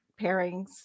pairings